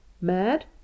Mad